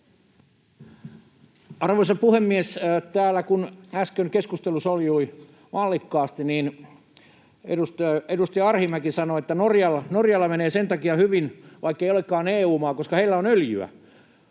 Arvoisa puhemies! Täällä kun äsken keskustelu soljui mallikkaasti, niin edustaja Arhinmäki sanoi, että Norjalla menee sen takia hyvin — vaikkei olekaan EU-maa — että heillä on öljyä.